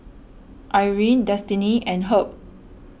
Irene Destiney and Herb